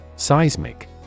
Seismic